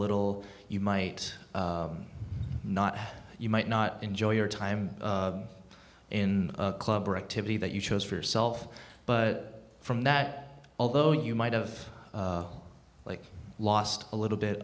little you might not you might not enjoy your time in a club or activity that you chose for yourself but from that although you might have lost a little bit